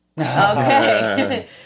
okay